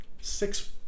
six